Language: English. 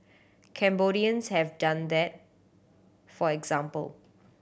Cambodians have done that for example